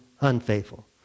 unfaithful